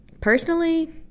personally